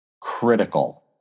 critical